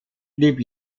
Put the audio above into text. blieb